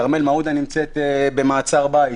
כרמל מעודה נמצאת במעצר בית.